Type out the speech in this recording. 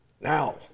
now